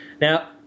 Now